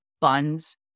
Buns